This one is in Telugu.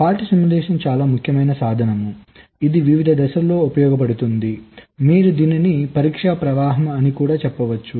ఫాల్ట్ సిమ్యులేషన్ చాలా ముఖ్యమైన సాధనం ఇది వివిధ దశలలో ఉపయోగించబడుతుంది మీరు దీనిని పరీక్ష ప్రవాహం అని చెప్పవచ్చు